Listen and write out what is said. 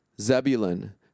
Zebulun